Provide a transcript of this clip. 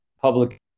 public